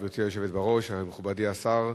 גברתי היושבת בראש, מכובדי השר,